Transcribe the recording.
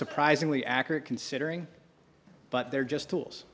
surprisingly accurate considering but they're just tools